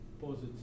positive